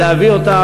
ולהביא אותה,